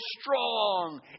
strong